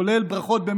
כולל ברכות,